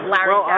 Larry